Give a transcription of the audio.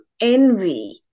envy